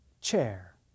chair